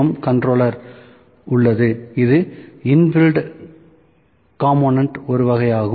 M controller உள்ளது இது inbuilt காம்போனெண்ட்டின் ஒரு வகையாகும்